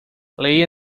leia